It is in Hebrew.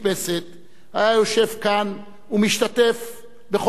היה יושב כאן ומשתתף בכל דיוני הכנסת,